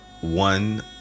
one